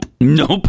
Nope